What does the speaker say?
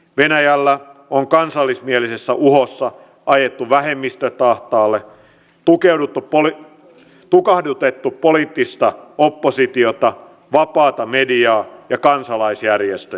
venäjällä on kansallismielisessä uhossa ajettu vähemmistöt ahtaalle tukahdutettu poliittista oppositiota vapaata mediaa ja kansalaisjärjestöjä